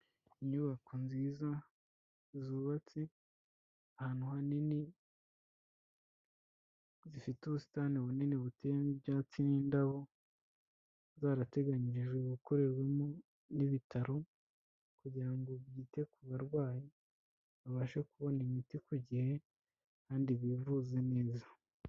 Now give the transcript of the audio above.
Inyubako nziza zubatse ahantu hanini, zifite ubusitani bunini buteyemo ibyatsi n'indabo, zarateganyirijwe gukorerwamo n'ibitaro kugira ngo byite ku barwayi, babashe kubona imiti ku gihe kandi bivuzi neza.